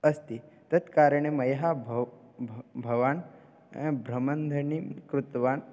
अस्ति तत्कारणे मया भव् भ भवान् भ्रमणध्वनिं कृतवान्